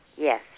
Yes